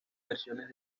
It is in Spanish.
versiones